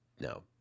no